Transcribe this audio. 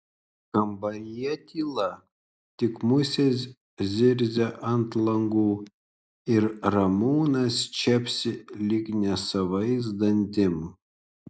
kambaryje tyla tik musės zirzia ant langų ir ramūnas čepsi lyg nesavais dantim